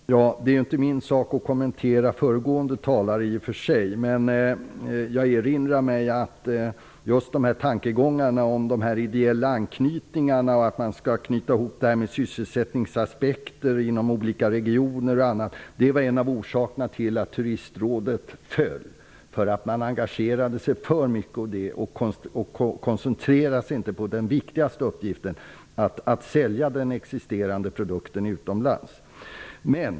Fru talman! Det är i och för sig inte min sak att kommentera det föregående talare sade. Men jag erinrar mig att just tankegångarna om ideella anknytningar och om att man skall beakta sysselsättningsläget inom olika regioner var en av orsakerna till att Turistrådet föll. Man engagerade sig för mycket på dessa områden och koncentrerade sig inte på den viktigaste uppgiften: att sälja den existerande produkten utomlands.